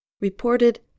reported